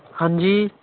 ਹਾਂਜੀ